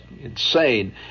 insane